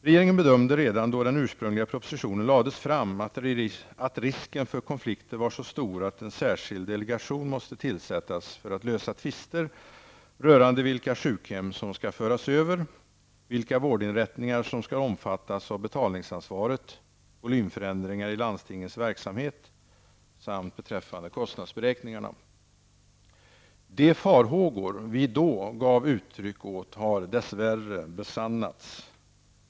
Regeringen bedömde redan då den ursprungliga propositionen lades fram att risken för konflikter var så stor att en särskild delegation måste tillsättas för att lösa tvister rörande vilka sjukhem som skall föras över, vilka vårdinrättningar som skall omfattas av betalningsansvaret, volymförändringar i landstingens verksamhet samt beträffande kostnadsberäkningarna. De farhågor vi då gav uttryck åt har dess värre besannats.